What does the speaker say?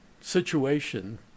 situation